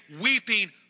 weeping